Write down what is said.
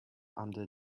under